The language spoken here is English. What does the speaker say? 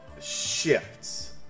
shifts